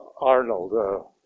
Arnold